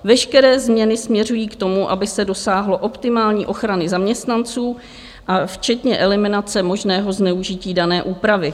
Veškeré změny směřují k tomu, aby se dosáhlo optimální ochrany zaměstnanců včetně eliminace možného zneužití dané úpravy.